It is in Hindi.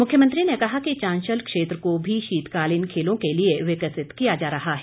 मुख्यमंत्री ने कहा कि चांशल क्षेत्र को भी शीतकालीन खेलों के लिए विकसित किया जा रहा है